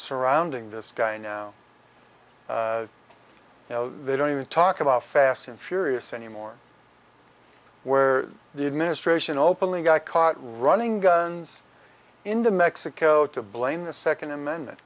surrounding this guy now they don't even talk about fast and furious anymore where the administration openly got caught running guns into mexico to blame the second amendment